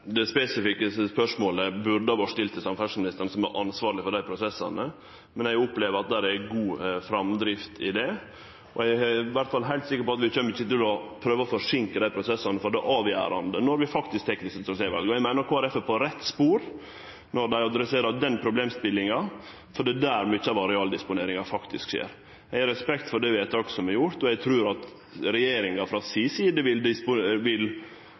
Det spesifikke spørsmålet burde ha vore stilt til samferdselsministeren, som er ansvarleg for dei prosessane. Men eg opplever at det er god framdrift i det, og eg er iallfall heilt sikker på at vi kjem ikkje til å prøve å forseinke dei prosessane, for dei er avgjerande når vi faktisk tek desse trasévala. Eg meiner Kristeleg Folkeparti er på rett spor når dei adresserer den problemstillinga, for det er der mykje av arealdisponeringa faktisk skjer. Eg har respekt for det vedtaket som er gjort, og eg trur at regjeringa frå si side vil